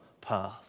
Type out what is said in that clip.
path